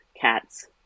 cats